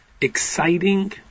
exciting